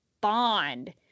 bond